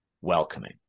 welcoming